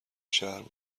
شهر